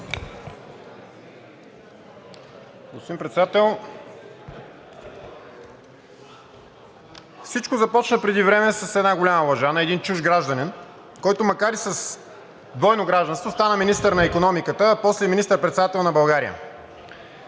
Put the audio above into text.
Господин Председател, всичко започна преди време с една голяма лъжа на един чужд гражданин, който, макар и с двойно гражданство, стана министър на икономиката, а после и министър-председател на България.